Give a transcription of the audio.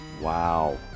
Wow